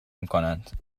میکنند